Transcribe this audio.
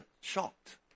shocked